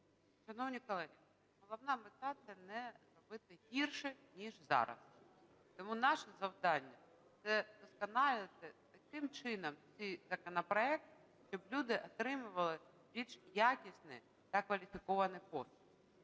Шановні колеги, головна мета – це не зробити гірше, ніж зараз. Тому наше завдання – це вдосконалювати таким чином цей законопроект, щоб люди отримували більш якісні та кваліфіковані послуги.